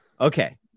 Okay